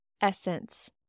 essence